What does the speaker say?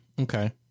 Okay